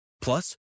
Plus